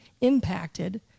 impacted